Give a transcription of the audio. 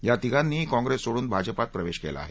या तिघांनीही काँप्रेस सोडून भाजपात प्रवेश केला आहे